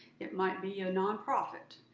it might be a nonprofit.